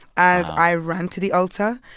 and i ran to the altar,